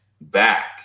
back